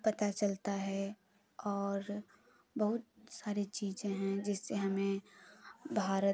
पता चलता है और बहुत सारी चीज़ें हैं जिससे हमें भारत